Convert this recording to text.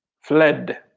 fled